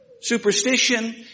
superstition